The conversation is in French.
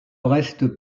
reste